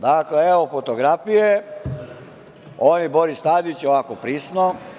Dakle, evo fotografije, on i Boris Tadić, ovako prisno.